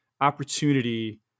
opportunity